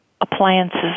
appliances